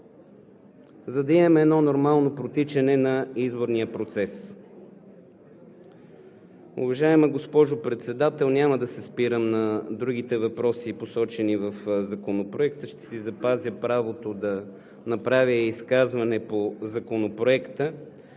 да имаме едно нормално протичане на изборния процес. Уважаема госпожо Председател, няма да се спирам на другите въпроси, посочени в Законопроекта. Ще си запазя правото да направя изказване. Важното